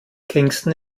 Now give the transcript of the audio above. kingston